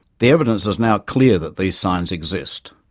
the evidence is now clear that these signs exist.